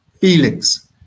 feelings